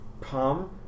palm